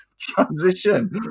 transition